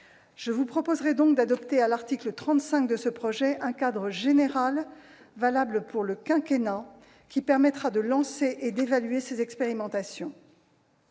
Je vous proposerai donc d'adopter, à l'article 35 de ce projet de loi, un cadre général, valable pour le quinquennat, qui permettra de lancer et d'évaluer ces expérimentations.